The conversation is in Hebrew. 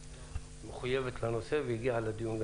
שמחויבת לנושא והגיעה לדיון.